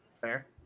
Fair